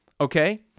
okay